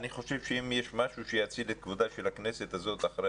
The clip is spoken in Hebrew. אני חושב שאם יש משהו שיציל את כבודה של הכנסת הזאת אחרי